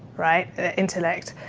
right? the intellect.